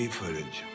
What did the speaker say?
footage